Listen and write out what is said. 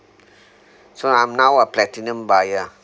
so I'm now a platinum buyer